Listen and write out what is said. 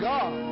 God